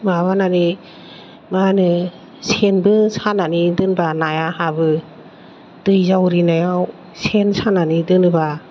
माबानानै मा होनो सेनबो सानानै दोनबा नाया हाबो दै जावरिनायाव सेन सानानै दोनोबा